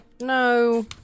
No